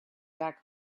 back